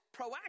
proactive